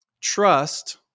trust